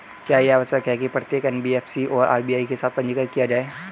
क्या यह आवश्यक है कि प्रत्येक एन.बी.एफ.सी को आर.बी.आई के साथ पंजीकृत किया जाए?